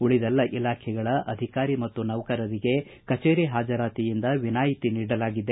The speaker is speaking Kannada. ಉಳಿದೆಲ್ಲ ಇಲಾಖೆಗಳ ಅಧಿಕಾರಿ ಮತ್ತು ನೌಕರರಿಗೆ ಕಚೇರಿ ಹಾಜರಾತಿಯಿಂದ ವಿನಾಯಿತಿ ನೀಡಲಾಗಿದೆ